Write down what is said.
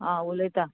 आं उलयतां